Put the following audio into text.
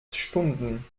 stunden